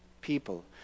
people